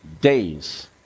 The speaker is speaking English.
days